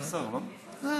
בהצעת חוק לא ניתן,